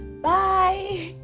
bye